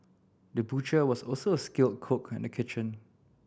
the butcher was also a skilled cook in the kitchen